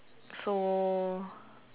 so